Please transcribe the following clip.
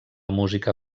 música